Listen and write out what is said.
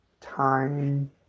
time